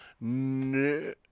No